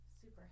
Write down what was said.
Super